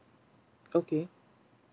okay